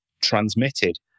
transmitted